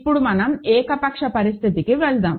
ఇప్పుడు మనం ఏకపక్ష పరిస్థితికి వెళ్దాం